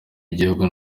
y’igihugu